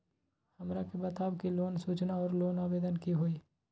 हमरा के बताव कि लोन सूचना और लोन आवेदन की होई?